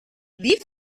wie